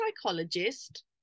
psychologist